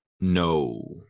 No